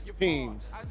teams